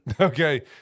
Okay